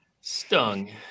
stung